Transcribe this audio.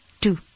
two